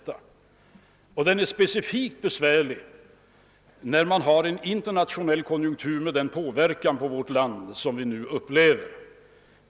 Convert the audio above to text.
Den är specifikt besvärlig i en internationell högkonjunktur med den inverkan på vårt land som vi nu upplever.